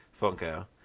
Funko